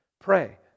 Pray